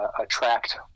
attract